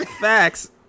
Facts